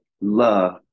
love